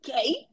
okay